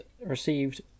received